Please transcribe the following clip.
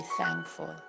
thankful